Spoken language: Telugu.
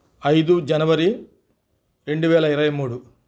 ఐదు జనవరి రెండువేల ఇరవైమూడు